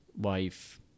wife